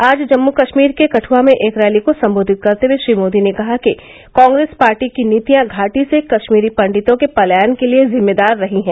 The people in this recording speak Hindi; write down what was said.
आज जम्मू कश्मीर के कद्आ में एक रैली को संबोधित करते हुए श्री मोदी ने कहा कि कांग्रेस पार्टी की नीतियां घाटी से कश्मीरी पंडितों के पलायन के लिए जिम्मेदार रही हैं